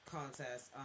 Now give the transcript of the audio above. Contest